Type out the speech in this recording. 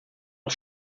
des